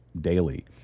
daily